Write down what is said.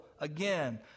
again